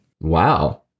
wow